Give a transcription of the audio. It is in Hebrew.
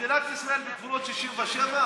מדינת ישראל בגבולות 67'?